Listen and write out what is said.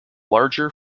larger